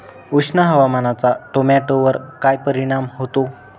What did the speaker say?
उष्ण हवामानाचा टोमॅटोवर काय परिणाम होतो?